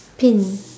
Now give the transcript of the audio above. pin